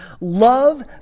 Love